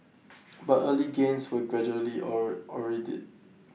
but early gains were gradually or eroded